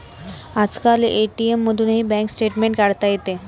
आजकाल ए.टी.एम मधूनही bank statement काढता येते